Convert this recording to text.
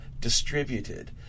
distributed